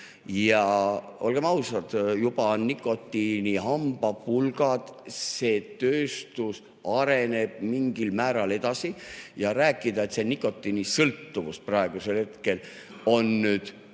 ja, olgem ausad, juba nikotiiniga hambapulgad. See tööstus areneb mingil määral edasi ja rääkida, et nikotiinisõltuvus praegusel hetkel on kõige